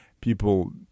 people